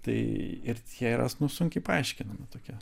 tai ir jie yra nu sunkiai paaiškinami tokie